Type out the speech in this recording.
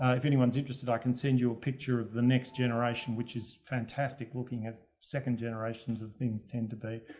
if anyone's interested i can send you a picture of the next generation which is fantastic looking as second generations of things tend to be.